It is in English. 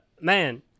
Man